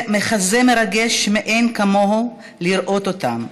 זה היה מחזה מרגש מאין כמוהו לראות אותם,